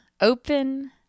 open